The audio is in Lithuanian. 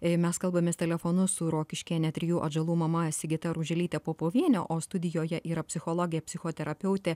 jei mes kalbamės telefonu su rokiškėne trijų atžalų mama sigita ruželytė popovienė o studijoje yra psichologė psichoterapeutė